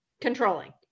controlling